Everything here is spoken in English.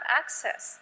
access